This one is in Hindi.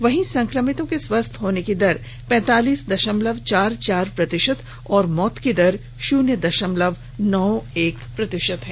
वहीं संक्रमितों के स्वस्थ होने की दर पैंतालीस दशमलव चार चार प्रतिशत और मौत की दर शून्य दशमलव नौ एक प्रतिशत है